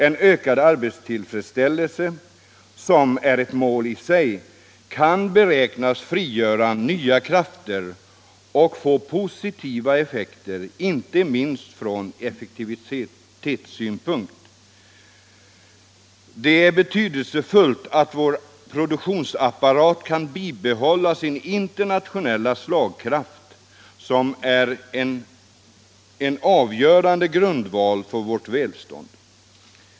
En ökad arbetstillfredsställelse, som är eu mål i sig, kan beräknas frigöra nya krafter och få positiva effekter inte minst från effektivitetssynpunkt. Det är betydelsefullt att vår produktionsapparat kan bibehålla sin internationella slagkraft som är en avgörande grundval för vårt välstånd.